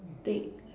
take